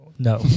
No